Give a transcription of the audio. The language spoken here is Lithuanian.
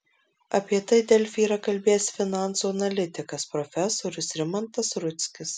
apie tai delfi yra kalbėjęs finansų analitikas profesorius rimantas rudzkis